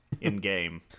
in-game